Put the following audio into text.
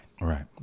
Right